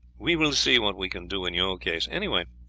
we will see what we can do in your case anyhow,